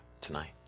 tonight